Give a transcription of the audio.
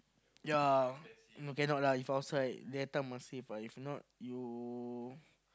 yea cannot lah if outside data must save ah if not you